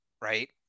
right